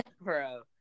Bro